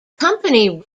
company